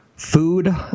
Food